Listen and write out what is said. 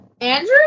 Andrew